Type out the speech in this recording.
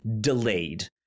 delayed